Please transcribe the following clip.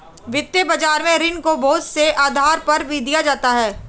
वित्तीय बाजार में ऋण को बहुत से आधार पर दिया जाता है